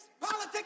Politics